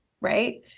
Right